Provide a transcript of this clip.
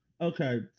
Okay